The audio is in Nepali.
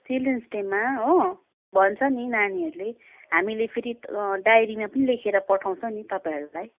चिल्ड्रेन्स डेमा हो भन्छ नि नानीहरूले हामीले फेरि डाइरीमा पनि लेखेर पठाउँछ नि तपाईँहरूलाई